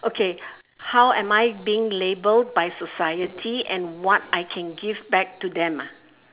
okay how am I being labelled by society and what I can give back to them ah